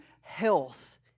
health